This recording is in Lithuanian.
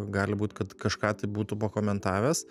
gali būt kad kažką tai būtų pakomentavęs